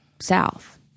south